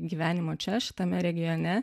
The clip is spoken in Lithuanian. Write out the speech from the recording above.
gyvenimo čia šitame regione